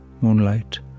moonlight